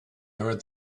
heard